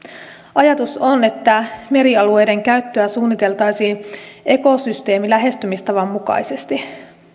ajatus on että merialueiden käyttöä suunniteltaisiin ekosysteemilähestymistavan mukaisesti